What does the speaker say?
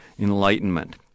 enlightenment